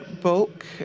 bulk